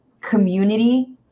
community